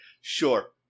sure